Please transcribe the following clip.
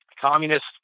communist